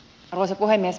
arvoisa puhemies